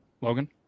Logan